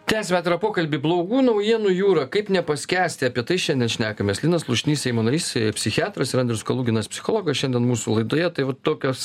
tęsiame atvirą pokalbį blogų naujienų jūra kaip nepaskęsti apie tai šiandien šnekamės linas slušnys seimo narys psichiatras ir andrius koluginas psichologas šiandien mūsų laidoje tai va tokios